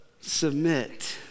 Submit